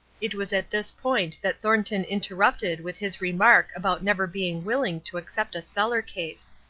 it was at this point that thornton interrupted with his remark about never being willing to accept a cellar case.